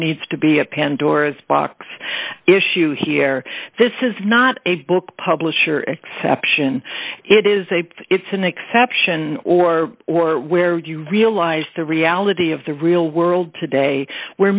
needs to be a pandora's box issue here this is not a book publisher exception it is a it's an exception or or where you realize the reality of the real world today where